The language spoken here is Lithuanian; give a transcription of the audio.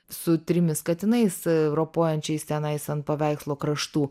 su trimis katinais ropojančiais tenais ant paveikslo kraštų